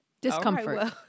Discomfort